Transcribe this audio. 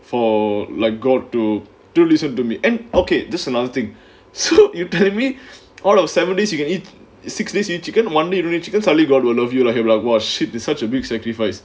for like got to do listen to me okay this is another thing so you tell me all of seven days you can eat it six days you chicken one day you don't eat chicken suddenly god will love you !wah! shit does such a big sacrifice